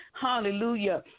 Hallelujah